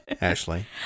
Ashley